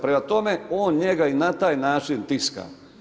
Prema tome, on njega i na taj način tiska.